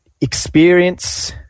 experience